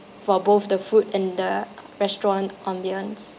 for both the food and the restaurant ambiance